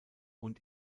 und